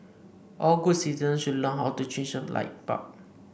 all good citizens should learn how to change a light bulb